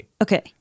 Okay